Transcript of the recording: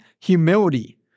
Humility